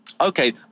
okay